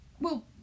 Well